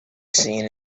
seen